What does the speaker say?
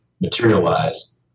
materialize